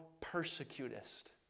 persecutest